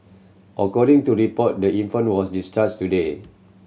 according to report the infant was discharged today